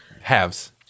halves